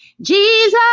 Jesus